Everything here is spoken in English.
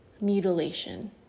mutilation